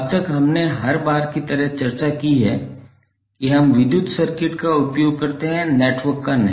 अब तक हमने हर बार की तरह चर्चा की है कि हम विद्युत सर्किट का उपयोग करते हैं नेटवर्क का नहीं